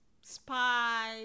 spy